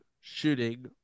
shooting